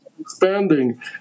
expanding